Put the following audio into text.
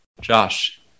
Josh